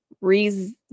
reason